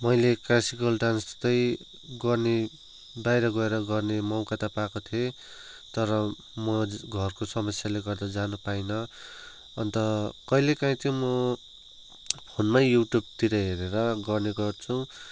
मैले classical dance चाहिँ गर्ने बाहिर गएर गर्ने मौका त पाएको थिएँ तर म घरको समस्याले गर्दा जान पाइनँ अन्त कहिले कहीँ चाहिँ म फोनमै यू ट्युबतिर हेरेर गर्ने गर्छु